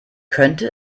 könnte